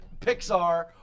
Pixar